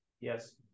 Yes